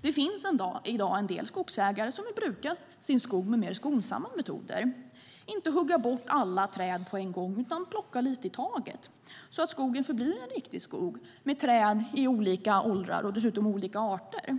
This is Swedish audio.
Det finns i dag en del skogsägare som vill bruka sin skog med mer skonsamma metoder. De vill inte hugga bort allt på en gång utan plocka lite i taget så att skogen förblir en riktig skog med träd i olika åldrar och av olika arter.